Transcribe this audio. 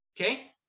okay